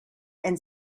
and